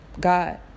God